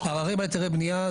עררים על היתרי בנייה,